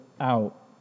out